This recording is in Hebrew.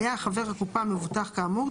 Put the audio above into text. היה חבר הקופה מבוטח מבוטח כאמור,